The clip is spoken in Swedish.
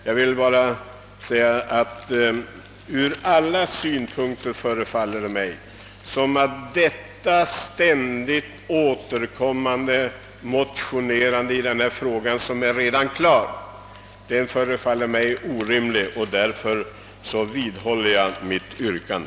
Jag vill endast anföra att ur alla synpunkter förefaller mig det ständiga motionerandet i denna fråga orimligt, och jag vidhåller därför mitt yrkande.